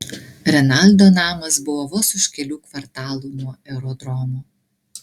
renaldo namas buvo vos už kelių kvartalų nuo aerodromo